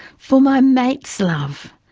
for my mates luv,